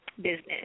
business